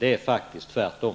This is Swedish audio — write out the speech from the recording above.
Det är faktiskt tvärtom.